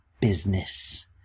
business